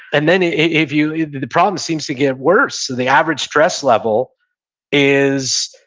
and then if you, the problem seems to get worse. the average stress level is,